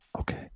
Okay